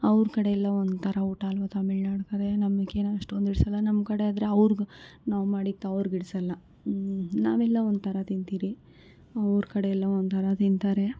ಅವ್ರ ಕಡೆಯೆಲ್ಲ ಒಂಥರ ಊಟ ಅಲ್ವ ತಮಿಳ್ನಾಡು ಕಡೆ ನಮಗೇನು ಅಷ್ಟೊಂದು ಹಿಡ್ಸೋಲ್ಲ ನಮ್ಮ ಕಡೆ ಆದರೆ ಅವ್ರಿಗೆ ನಾವು ಮಾಡಿದ್ದು ಅವ್ರಿಗೆ ಹಿಡ್ಸೋಲ್ಲ ಹ್ಞೂ ನಾವೆಲ್ಲ ಒಂಥರ ತಿಂತಿವಿ ಅವ್ರ ಕಡೆಯೆಲ್ಲ ಒಂಥರ ತಿಂತಾರೆ